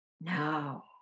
now